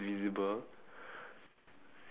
uh ya that's not like blue